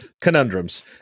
conundrums